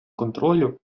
контролю